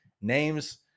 names